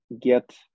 get